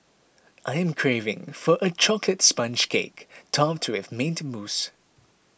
I am craving for a Chocolate Sponge Cake Topped with Mint Mousse